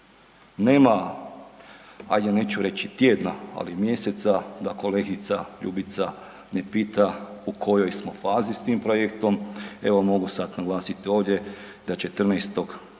Nema, ajde neću reći tjedna, ali mjeseca da kolegica Ljubica ne pita u kojoj smo fazi s tim projektom. Evo mogu sad naglasit ovdje da 14.10.